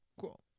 cool